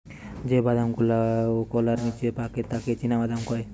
যে বাদাম গুলাওকলার নিচে পাকে তাকে চীনাবাদাম কয়